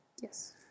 Yes